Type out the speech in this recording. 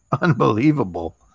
unbelievable